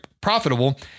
profitable